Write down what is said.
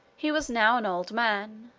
he was now an old man,